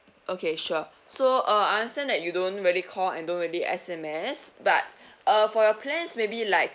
okay sure so uh understand that you don't really call and don't really S_M_S but uh for your plans maybe like